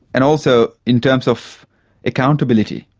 and also in terms of accountability,